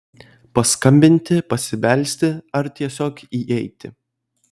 paskambinti pasibelsti ar tiesiog įeiti